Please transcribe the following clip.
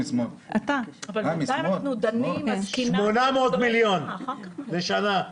800 מיליון בשנה.